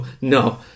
no